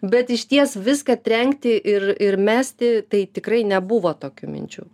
bet išties viską trenkti ir ir mesti tai tikrai nebuvo tokių minčių